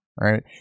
right